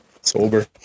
sober